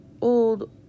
old